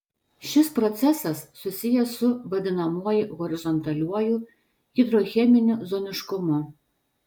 šis procesas susijęs su vadinamuoju horizontaliuoju hidrocheminiu zoniškumu